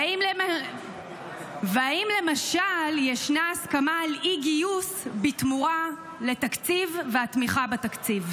האם למשל ישנה הסכמה על אי-גיוס בתמורה לתקציב והתמיכה בתקציב?